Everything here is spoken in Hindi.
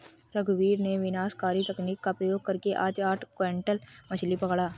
रघुवीर ने विनाशकारी तकनीक का प्रयोग करके आज आठ क्विंटल मछ्ली पकड़ा